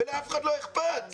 ולאף אחד לא אכפת.